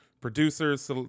producers